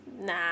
nah